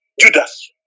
Judas